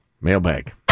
Mailbag